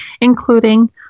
including